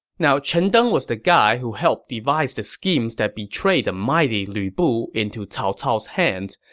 now chen deng was the guy who helped devise the schemes that betrayed the mighty lu bu into cao cao's hands,